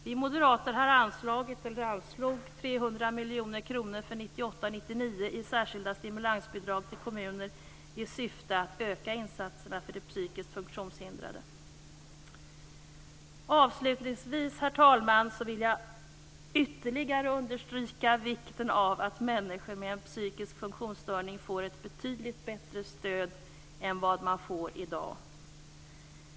Vi moderater anslog 300 miljoner kronor för Avslutningsvis vill jag, herr talman, ytterligare understryka vikten av att människor med en psykisk funktionsstörning får ett betydligt bättre stöd än vad de får i dag.